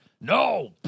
no